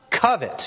covet